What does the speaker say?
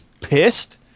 pissed